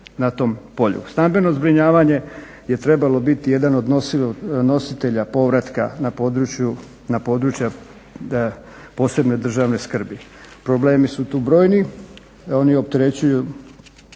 na tom polju. Stambeno zbrinjavanje je trebalo biti jedan od nositelja povratka na područja posebne državne skrbi. Problemi su tu brojni. Oni opterećuju,